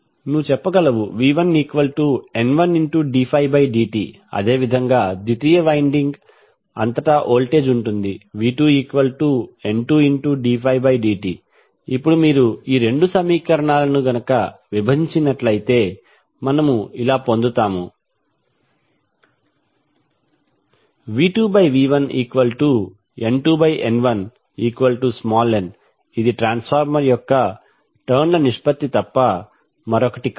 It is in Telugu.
నువ్వు చెప్పగలవు v1N1ddt అదేవిధంగా ద్వితీయ వైండింగ్ అంతటా వోల్టేజ్ ఉంటుంది v2N2ddt ఇప్పుడు మీరు రెండు సమీకరణాలను విభజించినట్లయితే మనము ఇలా పొందుతాము v2v1N2N1n ఇది ట్రాన్స్ఫార్మర్ యొక్క టర్న్ ల నిష్పత్తి తప్ప మరొకటి కాదు